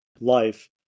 life